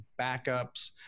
backups